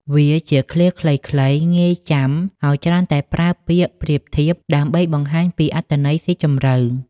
វាជាឃ្លាខ្លីៗ ងាយចាំ ហើយច្រើនតែប្រើពាក្យប្រៀបធៀបដើម្បីបង្ហាញពីអត្ថន័យស៊ីជម្រៅ។